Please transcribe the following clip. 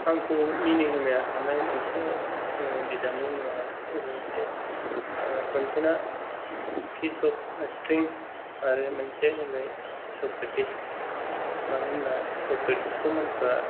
आंखौ मिनिहोनो हानाय मोनसे बिजाबनि मुङा मोनसे कन्टेना पिसद स्त्रिम आरो मोनसेया जाबाय सक्रेटिष मानो होनब्ला सक्रेटिष खौ मानसिफ्रा